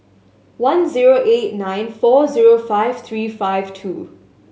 one zero eight nine four zero five three five two